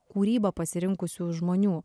kūrybą pasirinkusių žmonių